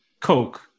coke